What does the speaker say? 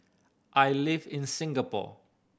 I live in Singapore